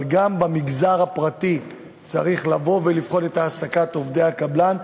אבל גם במגזר הפרטי צריך לבוא ולבחון את העסקת עובדי הקבלן,